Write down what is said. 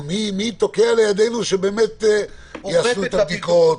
מי תוקע לידינו שבאמת יעשו את הבדיקות,